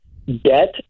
debt